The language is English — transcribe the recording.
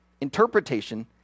interpretation